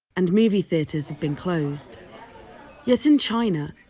and movie theatres have been closed yet in china,